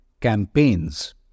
campaigns